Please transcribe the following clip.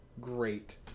great